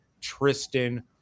Tristan